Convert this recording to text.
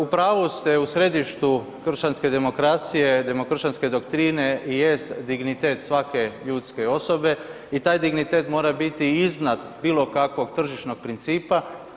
U pravu ste, u središtu kršćanske demokracije, demokršćanske doktrine jest dignitet svake ljudske osobe i taj dignitet mora biti iznad bilo kakvog tržišnog principa.